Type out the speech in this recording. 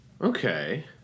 Okay